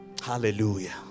Hallelujah